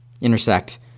intersect